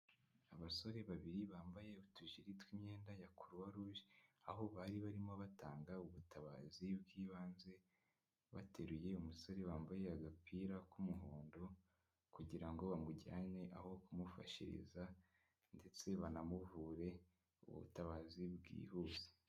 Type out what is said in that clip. Abasore babiri bambaye utujiri tw'imyenda ya kuruwa ruje, aho bari barimo batanga ubutabazi bw'ibanze bateruye umusore wambaye agapira k'umuhondo, kugira ngo bamujyane aho kumufashiriza ndetse banamuvure ubutabazi bwihuse.